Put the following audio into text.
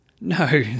No